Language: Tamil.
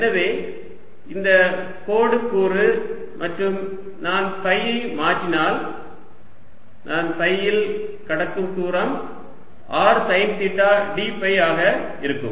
எனவே இது கோடு கூறு மற்றும் நான் ஃபை ஐ மாற்றினால் நான் ஃபை இல் கடக்கும் தூரம் r sine theta d phi ஆக இருக்கும்